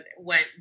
went